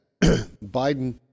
Biden